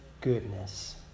goodness